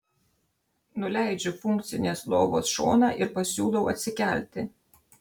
nuleidžiu funkcinės lovos šoną ir pasiūlau atsikelti